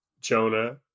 Jonah